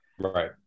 Right